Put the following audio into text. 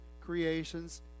creations